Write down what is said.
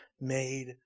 made